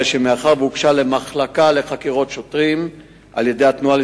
הרי מאחר שהוגשה למחלקה לחקירות שוטרים על-ידי התנועה